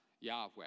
Yahweh